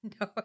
No